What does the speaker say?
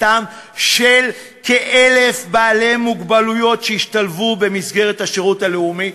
קליטתם של כ-1,000 בעלי מוגבלות שישתלבו במסגרת השירות הלאומי,